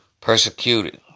Persecuted